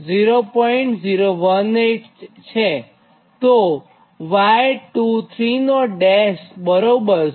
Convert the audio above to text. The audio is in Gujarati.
018 અને તો y23' 0